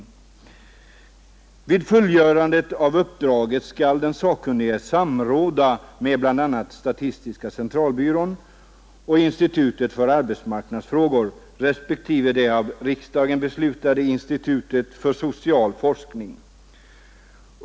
Vid fullgörandet av uppdraget skall den sakkunnige samråda med bl.a. statistiska centralbyrån och institutet för arbetsmarknadsfrågor respektive det av riksdagen beslutade institutet för social forskning.